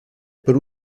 per